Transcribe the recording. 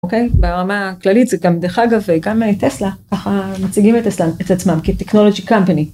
אוקיי ברמה הכללית זה גם דרך אגב גם טסלה ככה מציגים את עצמם כTechnology Company.